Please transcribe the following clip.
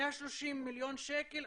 130 מיליון שקל,